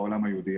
בעולם היהודי.